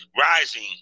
rising